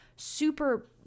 super